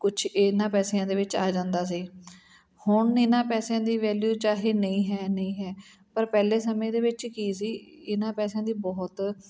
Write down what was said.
ਕੁਛ ਇਹਨਾਂ ਪੈਸਿਆਂ ਦੇ ਵਿੱਚ ਆ ਜਾਂਦਾ ਸੀ ਹੁਣ ਇਹਨਾਂ ਪੈਸਿਆਂ ਦੀ ਵੈਲਿਊ ਚਾਹੇ ਨਹੀਂ ਹੈ ਨਹੀਂ ਹੈ ਪਰ ਪਹਿਲੇ ਸਮੇਂ ਦੇ ਵਿੱਚ ਕੀ ਸੀ ਇਹਨਾਂ ਪੈਸਿਆਂ ਦੀ ਬਹੁਤ